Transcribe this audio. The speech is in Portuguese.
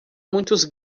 muitos